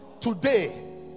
Today